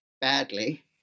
badly